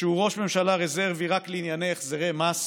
שהוא ראש ממשלה רזרבי רק לענייני החזרי מס,